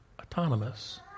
autonomous